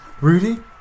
Rudy